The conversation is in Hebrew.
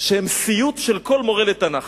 שהם סיוט של כל מורה לתנ"ך: